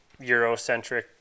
Eurocentric